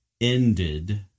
ended